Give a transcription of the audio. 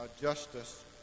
justice